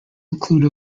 include